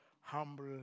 humble